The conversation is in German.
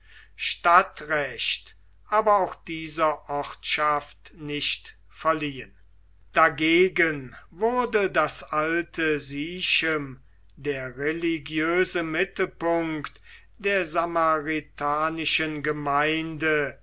stadtrecht aber auch dieser ortschaft nicht verliehen dagegen wurde das alte sichem der religiöse mittelpunkt der samaritanischen gemeinde